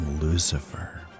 Lucifer